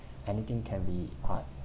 anything can be art